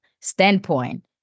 standpoint